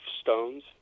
stones